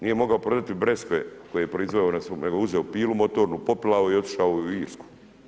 Nije mogao prodati breskve koje je proizveo na svom, nego uzeo pilu motornu, popilao i otišao u Irsku.